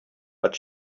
but